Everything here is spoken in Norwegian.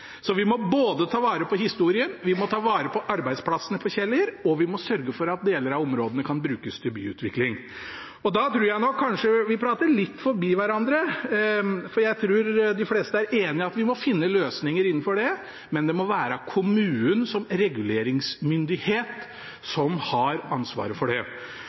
Så vi må bevare fly- og forsvarshistorien – det er jeg helt enig i – men samtidig er det klart at området også må brukes til byutvikling. Vi må både ta vare på historien og ta vare på arbeidsplassene på Kjeller, og vi må sørge for at deler av områdene kan brukes til byutvikling. Og da tror jeg nok kanskje vi prater litt forbi hverandre, for jeg tror de fleste er enig i at vi må